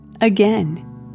Again